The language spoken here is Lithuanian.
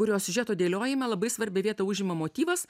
kurio siužeto dėliojime labai svarbią vietą užima motyvas